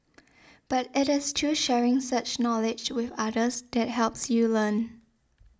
but it is through sharing such knowledge with others that helps you learn